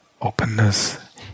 Openness